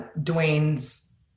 Dwayne's